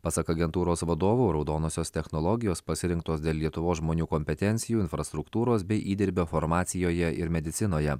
pasak agentūros vadovo raudonosios technologijos pasirinktos dėl lietuvos žmonių kompetencijų infrastruktūros bei įdirbio farmacijoje ir medicinoje